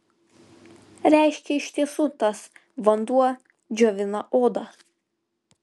reiškia iš tiesų tas vanduo džiovina odą